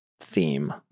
theme